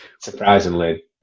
surprisingly